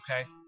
okay